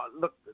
look